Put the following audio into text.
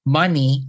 money